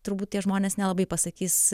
turbūt tie žmonės nelabai pasakys